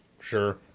Sure